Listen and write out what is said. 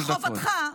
מחובתך,